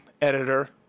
editor